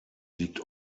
liegt